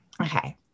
Okay